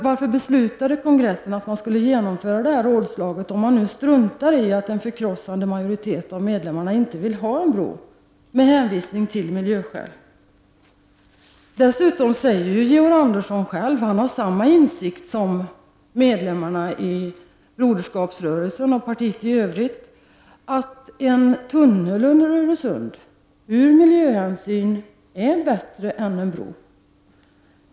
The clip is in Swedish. Varför beslutade kongressen att man skulle genomföra detta rådslag, om man nu struntar i att en förkrossande majoritet av miljöskäl inte vill ha en bro? Dessutom säger Georg Andersson själv att han har samma insikt som medlemmarna i Broderskapsrörelsen och partiet i Övrigt, att en tunnel under Öresund ur miljösynpunkt är bättre än en bro.